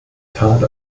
tat